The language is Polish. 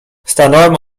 stanąłem